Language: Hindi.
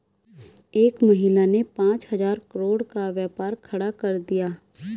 एक महिला ने पांच हजार करोड़ का व्यापार खड़ा कर दिया